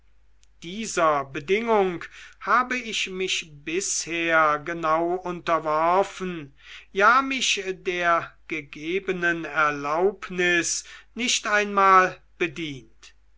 dieser bedingung habe ich mich bisher genau unterworfen ja mich der gegebenen erlaubnis nicht einmal bedient